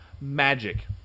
Magic